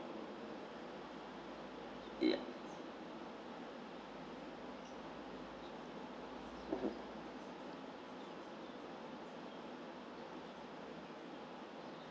yup